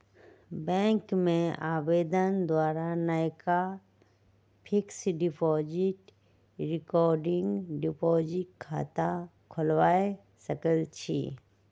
bank में आवेदन द्वारा नयका फिक्स्ड डिपॉजिट, रिकरिंग डिपॉजिट खता खोलबा सकइ छी